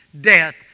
death